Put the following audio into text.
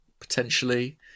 potentially